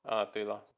啊对 lor